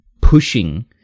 pushing